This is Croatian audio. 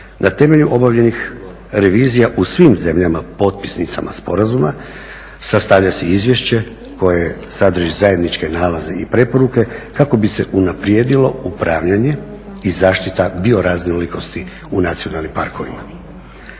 Na temelju obavljenih revizija u svim zemljama potpisnicama sporazuma sastavlja se i izvješće koje sadrži zajedničke nalaze i preporuke kako bi se unaprijedilo upravljanje i zaštita bioraznolikosti u nacionalnim parkovima.